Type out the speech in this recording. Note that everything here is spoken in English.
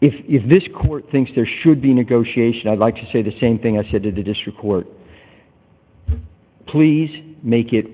if this court thinks there should be negotiation i'd like to say the same thing i said to the district court please make it